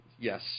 Yes